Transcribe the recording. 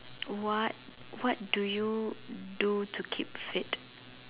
what what do you do to keep fit